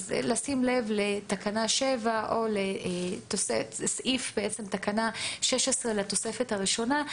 אז לשים לב לתקנה 7 או לתקנה 16 לתוספת הראשונה,